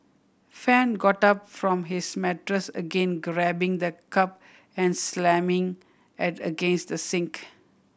Fan got up from his mattress again grabbing the cup and slamming it against the sink